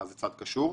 מה זה צד קשור.